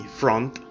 front